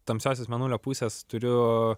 tamsiausias mėnulio pusės turiu